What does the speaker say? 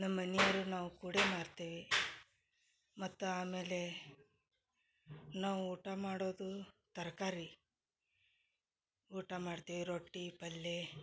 ನಮ್ಮ ಮನೆಯವರು ನಾವು ಕೂಡಿ ಮಾರ್ತೇವೆ ಮತ್ತು ಆಮೇಲೆ ನಾವು ಊಟ ಮಾಡೋದು ತರಕಾರಿ ಊಟ ಮಾಡ್ತೇವೆ ರೊಟ್ಟಿ ಪಲ್ಯೇ